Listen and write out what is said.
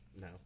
No